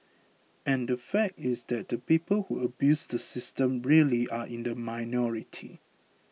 and the fact is that the people who abuse the system really are in the minority